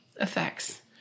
effects